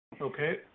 Okay